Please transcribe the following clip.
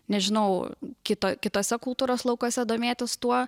nežinau kito kituose kultūros laukuose domėtis tuo